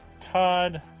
Todd